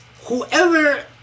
whoever